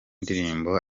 ndirimbo